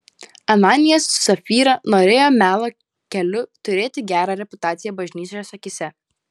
ananijas su sapfyra norėjo melo keliu turėti gerą reputaciją bažnyčios akyse